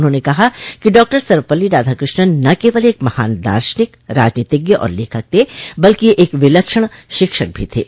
उन्होंने कहा कि डॉक्टर सर्वपल्ली राधाकृष्णन न केवल एक महान दार्शनिक राजनीतिज्ञ और लेखक थे बल्कि एक विलक्षण शिक्षक भी थे